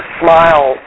smile